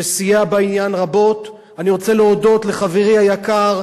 שסייע בעניין רבות, אני רוצה להודות לחברי היקר,